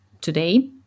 today